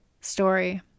story